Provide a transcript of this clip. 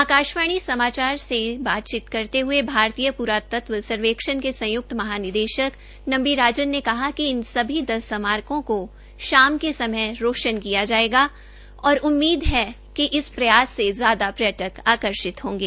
आकाशवाणी समाचार से बातचीत करते हये भारतीय प्रातत्व सर्वेक्षण के संयुक्त महा निदेशक नवी राजन ने कहा कि इन सभी दस स्मारकों को शाम के समय रौशन किया जायेगा और उम्मीद है कि इस प्रयास से ज्यादा पर्यटक आकर्षित होंगे